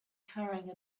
carrying